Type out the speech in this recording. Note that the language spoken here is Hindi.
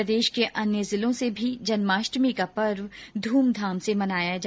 प्रदेश के अन्य जिलों से भी जन्माष्टमी का पर्व धूमधाम से मनाया गया